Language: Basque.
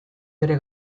bere